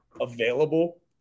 available